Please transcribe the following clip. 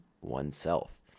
oneself